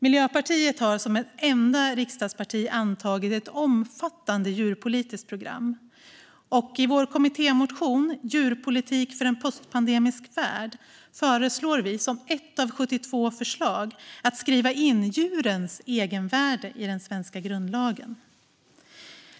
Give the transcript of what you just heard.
Miljöpartiet har som enda riksdagsparti antagit ett omfattande djurpolitiskt program, och i vår kommittémotion Djurpolitik för en postpandemisk värld föreslår vi som ett av 72 förslag att djurens egenvärde ska skrivas in i den svenska grundlagen.